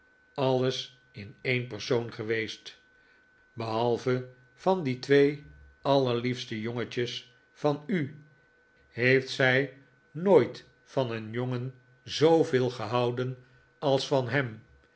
alles in een persoon geweest behalve van die twee allerliefste jongetjes van u heeft zij nooit van een jongen zooveel gehouden nikolaas nick le by als van hem